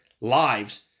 lives